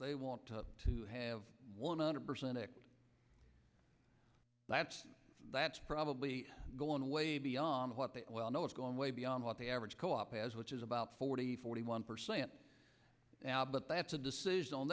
they want to have one hundred percent equity that's that's probably going way beyond what they know it's going way beyond what the average co op has which is about forty forty one percent now but that's a decision on